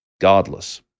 godless